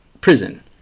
prison